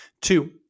Two